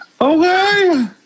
Okay